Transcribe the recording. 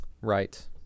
right